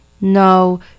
No